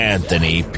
Anthony